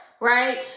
right